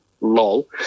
Lol